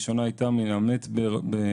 הראשונה הייתה מן המת בטורקיה,